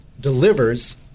delivers